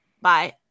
bye